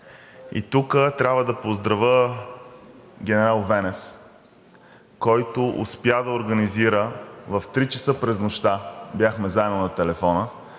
И тук трябва да поздравя генерал Венев, който успя да организира – в три часа през нощта бяхме заедно на телефона,